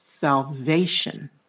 salvation